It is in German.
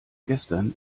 gestern